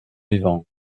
vivant